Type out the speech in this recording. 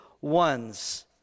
ones